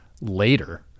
later